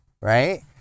right